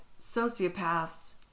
sociopaths